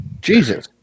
Jesus